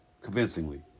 Convincingly